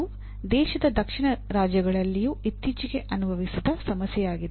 ಇದು ದೇಶದ ದಕ್ಷಿಣ ರಾಜ್ಯಗಳಲ್ಲಿಯೂ ಇತ್ತೀಚೆಗೆ ಅನುಭವಿಸಿದ ಸಮಸ್ಯೆಯಾಗಿದೆ